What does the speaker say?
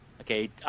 Okay